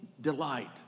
delight